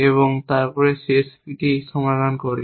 এবং তারপরে CSPটি সমাধান করি